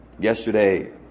Yesterday